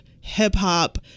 hip-hop